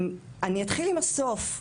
אני אתחיל עם הסוף.